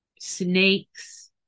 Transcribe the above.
snakes